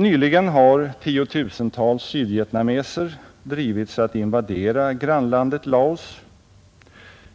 Nyligen har tiotusentals sydvietnameser drivits att invadera grannlandet Laos.